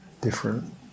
different